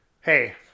Hey